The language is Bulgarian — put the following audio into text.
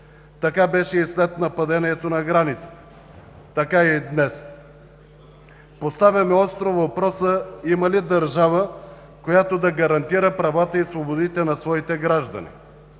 Така беше и след нападението на границата. Така е и днес. Поставяме остро въпроса: има ли държава, която да гарантира правата и свободите на своите граждани,